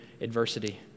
adversity